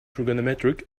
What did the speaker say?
trigonometric